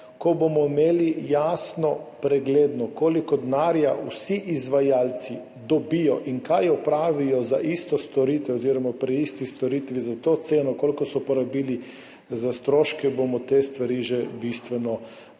ko bomo imeli jasno pregledno, koliko denarja vsi izvajalci dobijo in kaj opravijo za isto storitev oziroma pri isti storitvi za to ceno, koliko so porabili za stroške, bomo za te stvari že